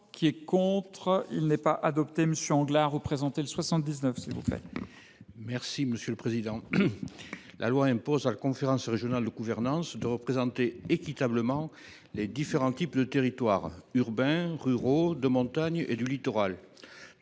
Jean Claude Anglars. La loi impose à la conférence régionale de gouvernance de représenter équitablement les différents types de territoires – urbains, ruraux, de montagne et de littoral.